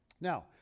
Now